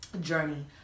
journey